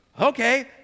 Okay